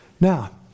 Now